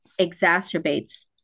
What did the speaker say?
exacerbates